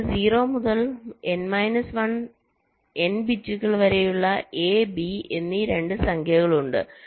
എനിക്ക് 0 മുതൽ n minus 1 n ബിറ്റുകൾ വരെയുള്ള A B എന്നീ 2 സംഖ്യകളുണ്ട്